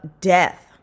death